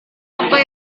apa